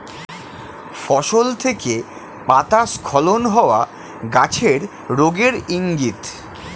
ফসল থেকে পাতা স্খলন হওয়া গাছের রোগের ইংগিত